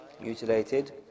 mutilated